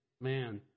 Man